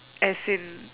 as in